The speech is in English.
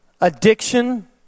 Addiction